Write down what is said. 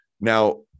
now